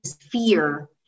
fear